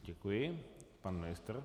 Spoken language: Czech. Děkuji, pan ministr.